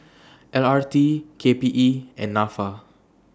L R T K P E and Nafa